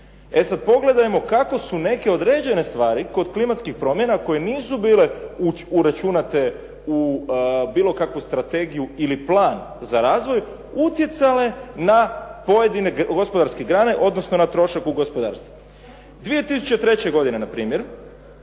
E sad, pogledajmo kako su neke određene stvari kod klimatskih promjena koje nisu bile uračunate u bilo kakvu strategiju ili plan za razvoj utjecale na pojedine gospodarske grane odnosno na trošak u gospodarstvu. 2003. godine na primjer